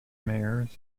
mayors